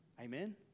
Amen